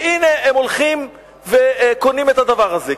והנה הם הולכים וקונים את הדבר הזה.